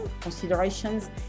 considerations